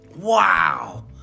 Wow